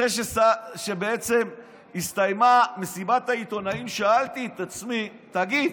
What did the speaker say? אחרי שבעצם הסתיימה מסיבת העיתונאים שאלתי את עצמי: תגיד,